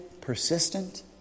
persistent